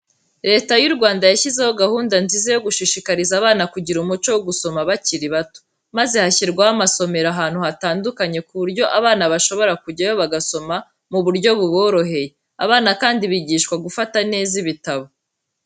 Leta y'u Rwanda yashyizeho gahunda nziza yo gushishikariza abana kugira umuco wo gusoma bakiri bato, maze hashyirwaho amasomero ahantu hatandukanye ku buryo abana boshobora kujyayo bagasoma mu buryo buboroheye, abana kandi bigishwa gufata neza ibitabo.